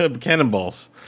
cannonballs